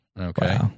Okay